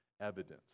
evidence